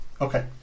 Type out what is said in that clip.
Okay